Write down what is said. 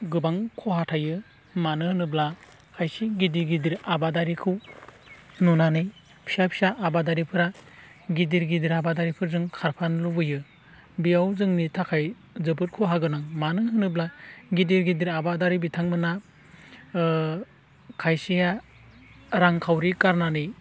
गोबां खहा थायो मानो होनोब्ला खायसे गिदिर गिदिर आबादारिखौ नुनानै फिसा फिसा आबादारिफ्रा गिदिर गिदिर आबादारिफोरजों खारफानो लुगैयो बेयाव जोंनि थाखाय जोबोद खहा गोनां मानो होनोब्ला गिदिर गिदिर आबादारि बिथांमोनहा खायसेया रांखावरि गारनानै